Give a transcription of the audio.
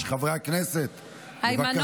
חברי הכנסת, בבקשה.